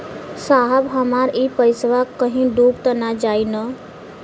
साहब हमार इ पइसवा कहि डूब त ना जाई न?